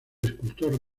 escultor